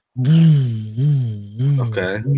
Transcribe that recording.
Okay